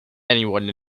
anyone